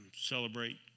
celebrate